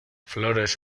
flores